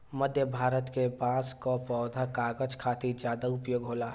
मध्य भारत के बांस कअ पौधा कागज खातिर ज्यादा उपयोग होला